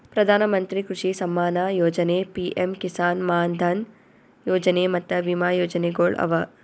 ಪ್ರಧಾನ ಮಂತ್ರಿ ಕೃಷಿ ಸಮ್ಮಾನ ಯೊಜನೆ, ಪಿಎಂ ಕಿಸಾನ್ ಮಾನ್ ಧನ್ ಯೊಜನೆ ಮತ್ತ ವಿಮಾ ಯೋಜನೆಗೊಳ್ ಅವಾ